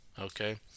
Okay